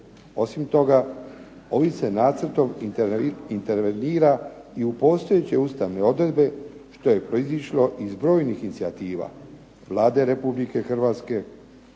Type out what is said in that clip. Osim toga, ovim se nacrtom intervenira i u postojeće ustavne odredbe što je proizašlo iz brojnih inicijativa Vlade Republike Hrvatske,